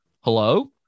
Hello